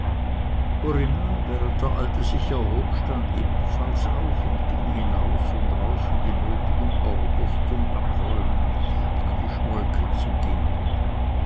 corinna während der alte sich erhob stand ebenfalls auf und ging hinaus um draußen die nötigen ordres zum abräumen an die schmolke zu geben